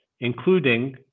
including